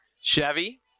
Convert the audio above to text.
Chevy